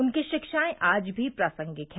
उनकी शिक्षाएं आज भी प्रासंगिक हैं